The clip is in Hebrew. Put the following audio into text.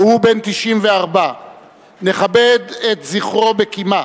והוא בן 94. נכבד את זכרו בקימה.